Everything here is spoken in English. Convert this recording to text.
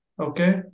okay